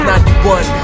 91